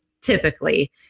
typically